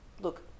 look